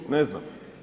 Ne znam.